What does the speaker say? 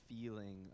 feeling